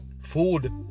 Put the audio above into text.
Food